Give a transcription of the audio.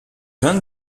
vingt